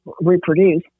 reproduce